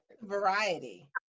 Variety